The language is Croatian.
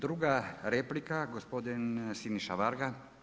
Druga replika, gospodin Siniša Varga.